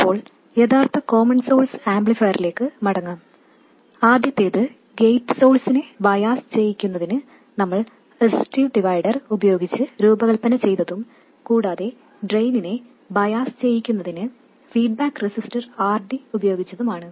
ഇപ്പോൾ യഥാർത്ഥ common source ആംപ്ലിഫയറിലേക്ക് മടങ്ങാം ആദ്യത്തേത് ഗേറ്റ് സോഴ്സിനെ ബയാസ് ചെയ്യിക്കുന്നതിന് നമ്മൾ റെസിസ്റ്റീവ് ഡിവൈഡർ ഉപയോഗിച്ച് രൂപകൽപ്പന ചെയ്തതും കൂടാതെ ഡ്രെയിനിനെ ബയാസ് ചെയ്യിക്കുന്നതിന് ഫീഡ്ബാക്ക് റെസിസ്റ്റർ RD ഉപയോഗിച്ചതും ആണ്